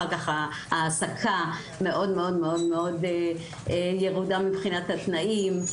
אחר כך ההעסקה מאוד מאוד ירודה מבחינת התנאים,